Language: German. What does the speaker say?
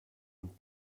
und